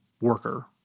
worker